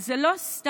וזה לא סתם.